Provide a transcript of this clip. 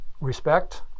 Respect